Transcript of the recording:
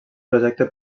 projecte